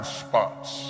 spots